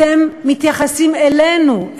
אתם מתייחסים אלינו,